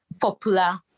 popular